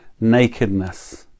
nakedness